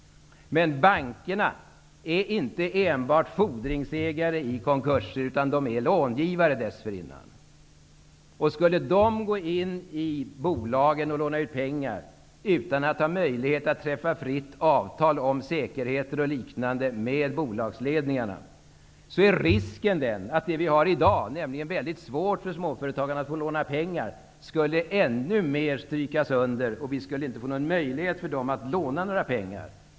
Bankerna är dock inte enbart fordringsägare i konkurser, utan dessförinnan har de varit långivare. Om bankerna skulle låna ut pengar till bolagen utan att ha möjlighet att fritt träffa avtal om säkerhet och liknande med bolagsledningarna, är risken att den situation vi har i dag där det är mycket svårt för småföretagarna att låna pengar ytterligare skulle förvärras. Småföretagarna skulle inte få någon möjlighet att låna pengar.